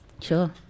Sure